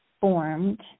formed